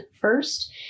first